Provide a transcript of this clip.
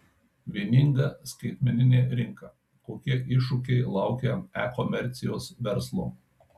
vieninga skaitmeninė rinka kokie iššūkiai laukia e komercijos verslo